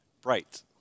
bright